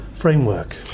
framework